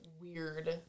weird